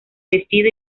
vestido